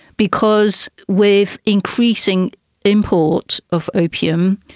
because with increasing import of opium,